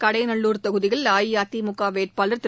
கடையநல்லூர் தொகுதியில் அஇஅதிமுக வேட்பாளர் திரு